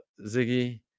Ziggy